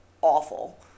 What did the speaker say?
awful